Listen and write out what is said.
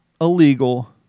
illegal